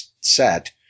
set